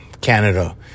Canada